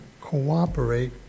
cooperate